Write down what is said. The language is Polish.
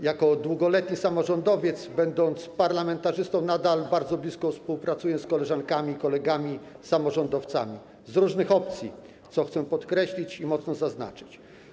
Jako długoletni samorządowiec, będąc parlamentarzystą, nadal bardzo blisko współpracuję z koleżankami i kolegami samorządowcami, i to z różnych opcji, co chcę podkreślić i mocno zaznaczyć.